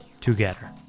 together